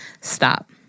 stop